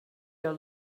your